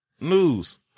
News